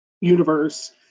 universe